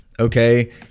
Okay